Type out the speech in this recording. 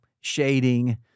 shading